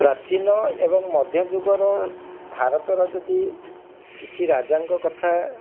ପ୍ରାଚୀନ ଏବଂ ମଧ୍ୟଯୁଗର ଭାରତର ଯଦି କିଛି ରାଜାଙ୍କ କଥା